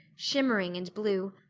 shimmering and blue,